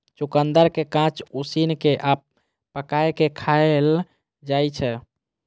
चुकंदर कें कांच, उसिन कें आ पकाय कें खाएल जाइ छै